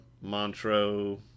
Montreux